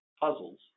puzzles